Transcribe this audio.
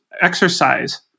exercise